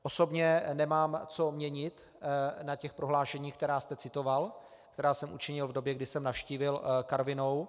Osobně nemám co měnit na těch prohlášeních, která jste citoval, která jsem učinil v době, kdy jsem navštívil Karvinou.